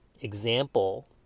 example